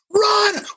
Run